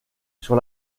sur